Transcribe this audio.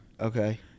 okay